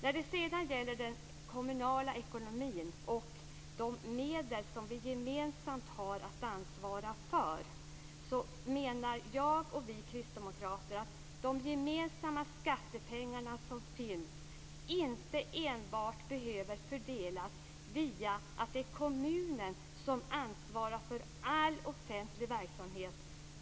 När det gäller den kommunala ekonomin och de medel som vi gemensamt har att ansvara för, menar vi Kristdemokrater att de gemensamma skattepengarna inte enbart behöver fördelas genom kommunen som ansvarig för all offentlig verksamhet.